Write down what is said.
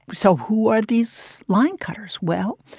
so who are these line-cutters? well,